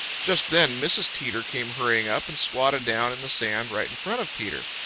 just then mrs. teeter came hurrying up and squatted down in the sand right in front of peter.